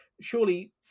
surely